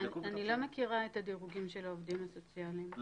אני לא מכירה את הדירוגים של העובדים הסוציאליים אם הם מקבילים או לא.